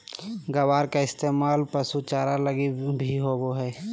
ग्वार के इस्तेमाल पशु चारा लगी भी होवो हय